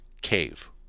CAVE